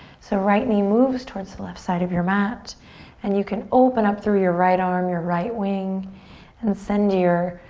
so right knee moves towards the left side of your mat and you can open up through your right arm, your right wing and send your